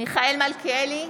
מיכאל מלכיאלי,